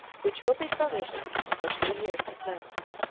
which will be provisioned for two years at most.